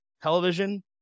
Television